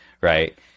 Right